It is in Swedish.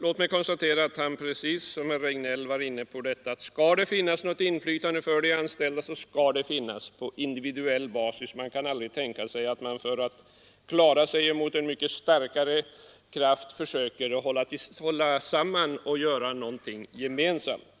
Låt mig konstatera att herr Burenstam Linder liksom herr Regnéll var inne på att om det skall finnas något inflytande för de anställda så skall det vara på individuell basis. De kan aldrig tänka sig att man för att klara sig mot någonting mycket starkare försöker hålla samman och göra någonting gemensamt.